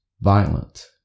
violent